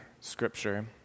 Scripture